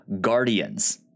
Guardians